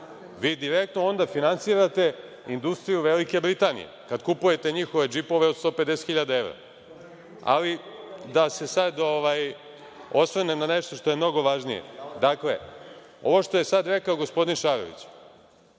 Vi direktno onda finansirate industriju Velike Britanije, kad kupujete njihove džipove od 150 hiljada evra. Ali, da se sad osvrnem na nešto što je mnogo važnije. Ovo što je sad rekao gospodin Šarović